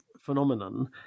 phenomenon